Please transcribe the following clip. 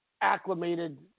acclimated